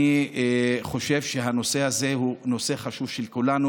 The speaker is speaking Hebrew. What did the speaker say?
אני חושב שהנושא הזה הוא נושא חשוב לכולנו.